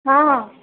हा हा